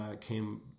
came